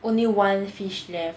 only one fish left